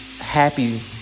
happy